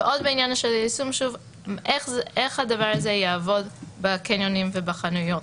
עוד בעניין היישום זה איך הדבר הזה יעבוד בקניונים ובחנויות.